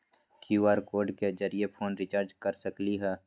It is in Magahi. कियु.आर कोड के जरिय फोन रिचार्ज कर सकली ह?